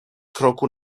kroku